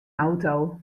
auto